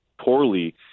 poorly